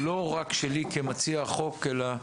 לא רק שלי כמציע החוק, אלא,